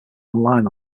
online